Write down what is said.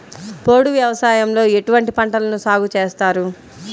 పోడు వ్యవసాయంలో ఎటువంటి పంటలను సాగుచేస్తారు?